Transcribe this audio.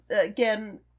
Again